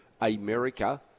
America